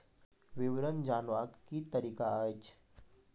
विवरण जानवाक की तरीका अछि?